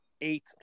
eight